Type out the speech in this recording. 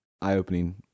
eye-opening